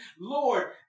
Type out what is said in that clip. Lord